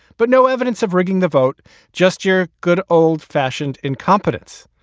but no evidence of rigging the vote gesture. good old fashioned incompetence.